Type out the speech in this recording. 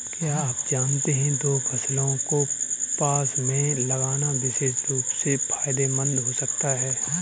क्या आप जानते है दो फसलों को पास में लगाना विशेष रूप से फायदेमंद हो सकता है?